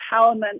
empowerment